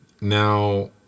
Now